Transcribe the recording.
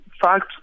fact